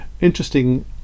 interesting